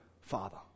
Father